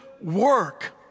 work